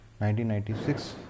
1996